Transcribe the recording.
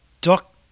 Doc